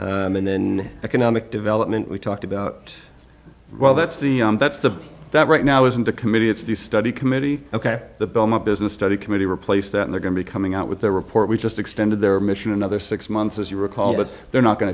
on and then economic development we talked about well that's the that's the that right now isn't a committee it's the study committee ok the belmont business study committee replace that they're going to be coming out with their report we just extended their mission another six months as you recall but they're not going